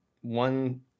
one